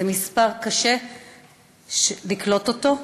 הוא מספר שקשה לקלוט אותו,